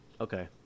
Okay